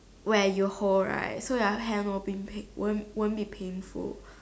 where you hold right so your hand will be won't won't be painful